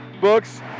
books